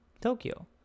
Tokyo